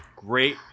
Great